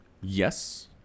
yes